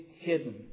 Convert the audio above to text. hidden